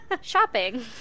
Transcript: shopping